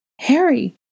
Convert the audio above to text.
Harry